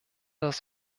das